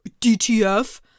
DTF